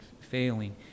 failing